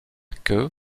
que